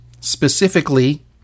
specifically